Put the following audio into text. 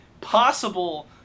possible